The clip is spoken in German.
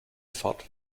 fahrt